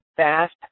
Fast